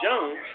Jones